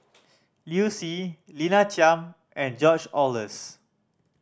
Liu Si Lina Chiam and George Oehlers